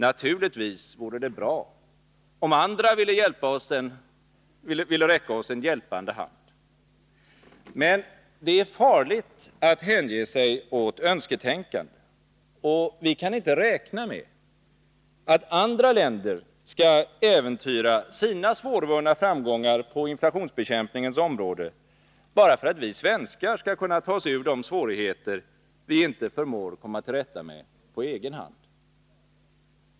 Naturligtvis vore det bra om andra ville räcka oss en hjälpande hand. Men det är farligt att hänge sig åt önsketänkande. Vi kan inte räkna med att andra länder skall äventyra sina svårvunna framgångar på inflationsbekämpningens område bara för att vi svenskar skall kunna ta oss ur de svårigheter vi inte förmår komma till rätta med på egen hand.